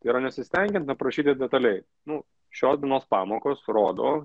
tai yra nesistengiant aprašyti detaliai nu šios dienos pamokos rodo